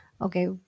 Okay